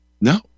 No